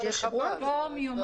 כעבור יום?